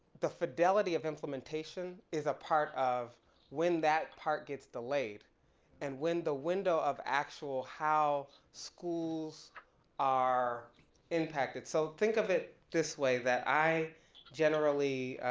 the fidelity of implementation is a part of when that part gets delayed and when the window of actual how schools are impacted so, think of it this way, that i generally,